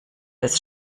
des